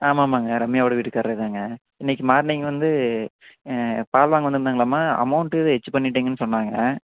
ஆமாம் ஆமாம்ங்க ரம்யா ஓட வீட்டுக்கார் தாங்க இன்னக்கு மார்னிங் வந்து பால் வாங்க வந்து இருந்தாங்களாமா அமௌண்ட்டு பண்ணிட்டிங்கன்னு சொன்னாங்க